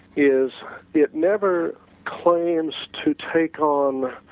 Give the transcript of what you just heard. is it never claims to take um